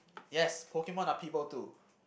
yes Pokemon are people too